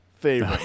favorite